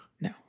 No